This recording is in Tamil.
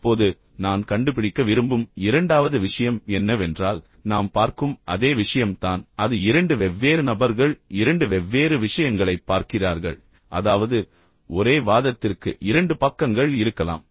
இப்போது நான் கண்டுபிடிக்க விரும்பும் இரண்டாவது விஷயம் என்னவென்றால் நாம் பார்க்கும் அதே விஷயம் தான் அது இரண்டு வெவ்வேறு நபர்கள் இரண்டு வெவ்வேறு விஷயங்களைப் பார்க்கிறார்கள் அதாவது ஒரே வாதத்திற்கு இரண்டு பக்கங்கள் இருக்கலாம்